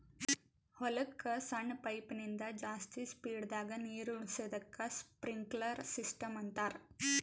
ಹೊಲಕ್ಕ್ ಸಣ್ಣ ಪೈಪಿನಿಂದ ಜಾಸ್ತಿ ಸ್ಪೀಡದಾಗ್ ನೀರುಣಿಸದಕ್ಕ್ ಸ್ಪ್ರಿನ್ಕ್ಲರ್ ಸಿಸ್ಟಮ್ ಅಂತಾರ್